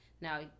Now